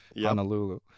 Honolulu